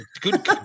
good